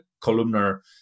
columnar